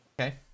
Okay